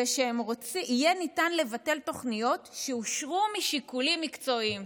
זה שיהיה ניתן לבטל תוכניות שאושרו משיקולים מקצועיים.